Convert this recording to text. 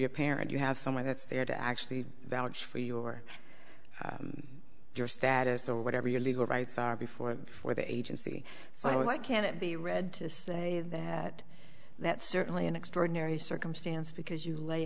your parent you have someone that's there to actually valid for your your status or whatever your legal rights are before for the agency so why can't it be read to say that that's certainly an extraordinary circumstance because you la